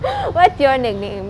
what's your nickname